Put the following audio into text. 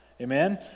Amen